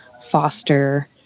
foster